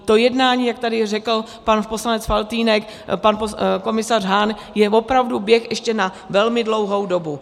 To jednání, jak tady řekl pan poslanec Faltýnek, pan komisař Hahn je opravdu běh ještě na velmi dlouhou dobu.